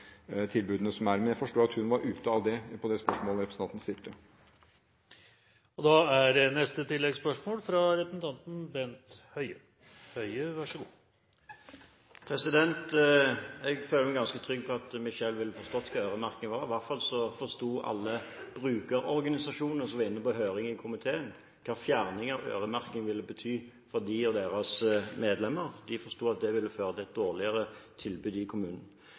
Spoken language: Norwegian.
som finnes, men jeg forstår ut fra spørsmålet representanten stilte, at hun er ute av det. Bent Høie – til oppfølgingsspørsmål. Jeg føler meg ganske trygg på at Michelle ville forstått hva øremerking er. I hvert fall forsto alle brukerorganisasjonene som var inne på høring i komiteen, hva fjerning av øremerking ville bety for dem og deres medlemmer. De forsto at det ville føre til et dårligere tilbud i